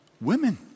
women